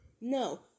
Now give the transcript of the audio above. No